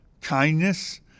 kindness